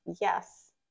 yes